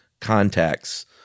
contacts